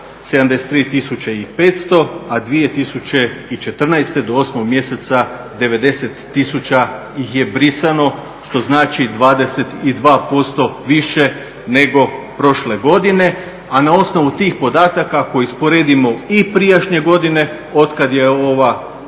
i 500, a 2014. do 8. mjeseca 90 tisuća ih je brisano, što znači 22% više nego prošle godine, a na osnovu tih podataka ako usporedimo i prijašnje godine, od kad je ova koalicija